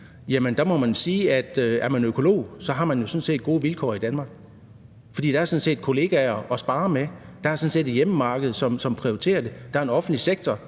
Jamen der må vi sige, at er man økolog, har man jo sådan set gode vilkår i Danmark, for der er kolleger at sparre med. Der er et hjemmemarked, som prioriterer det. Der er en offentlig sektor,